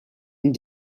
and